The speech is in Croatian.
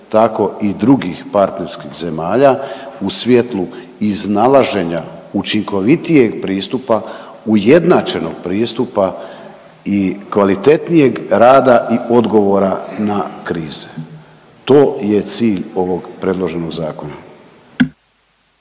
tako i drugih partnerskih zemalja u svjetlu iznalaženja učinkovitijeg pristupa, ujednačenog pristupa i kvalitetnijeg rada i odgovora na krize, to je cilj ovog predloženog zakona.